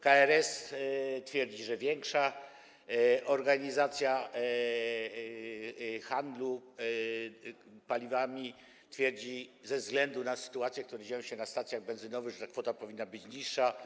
KRS twierdzi, że większa, organizacja handlu paliwami twierdzi, ze względu na sytuację, jaka ma miejsce na stacjach benzynowych, że ta kwota powinna być mniejsza.